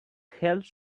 held